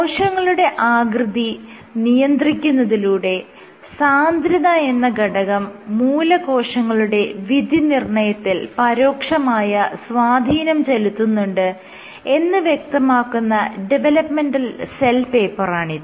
കോശങ്ങളുടെ ആകൃതി നിയന്ത്രിക്കുന്നതിലൂടെ സാന്ദ്രത എന്ന ഘടകം മൂലകോശങ്ങളുടെ വിധിനിർണ്ണയത്തിൽ പരോക്ഷമായ സ്വാധീനം ചെലുത്തുന്നുണ്ട് എന്ന് വ്യക്തമാക്കുന്ന ഡെവലപ്പ്മെന്റൽ സെൽ പേപ്പറാണിത്